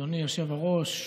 אדוני היושב-ראש,